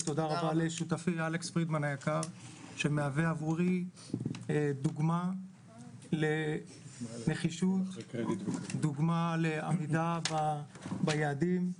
ותודה לשותפי אלכס פרידמן היקר שמהווה דוגמה לנחישות ולעמידה ביעדים.